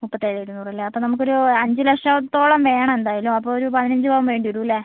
മുപ്പത്തിയേഴ് ഇരുന്നൂറ് അല്ലേ അപ്പോൾ നമുക്കൊരു അഞ്ചുലക്ഷത്തോളം വേണം എന്തായാലും അപ്പോൾ ഒരു പതിനഞ്ച് പവൻ വേണ്ടിവരും അല്ലേ